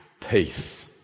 Peace